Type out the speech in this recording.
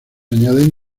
añaden